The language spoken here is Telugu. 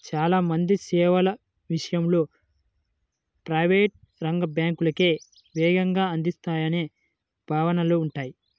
చాలా మంది సేవల విషయంలో ప్రైవేట్ రంగ బ్యాంకులే వేగంగా అందిస్తాయనే భావనలో ఉంటారు